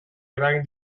eragin